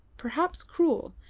perhaps cruel,